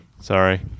sorry